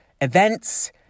events